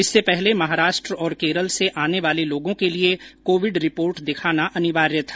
इससे पहले महाराष्ट्र और केरल से आने वाले लोगों के लिए कोविड रिपोर्ट दिखाना अनिवार्य था